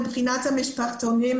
מבחינת המשפחתונים,